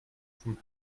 from